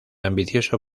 ambicioso